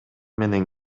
менен